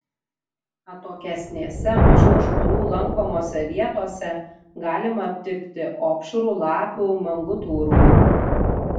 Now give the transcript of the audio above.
atokesnėse mažiau žmonių lankomose vietose galima aptikti opšrų lapių mangutų urvų